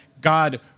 God